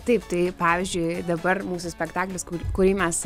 taip tai pavyzdžiui dabar mūsų spektaklis kurį mes